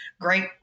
Great